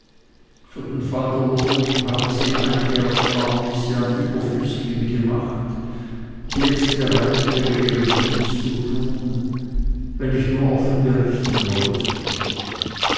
für den fall der not habe sie einige ersparnisse am überflüssigen gemacht die jetzt bereitlägen ihren dienst zu tun wenn ich nur offen berichten wolle